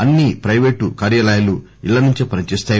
అన్ని ప్లెపేటు కార్యాలయాలు ఇళ్లనుంచే పనిచేస్తాయి